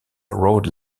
rod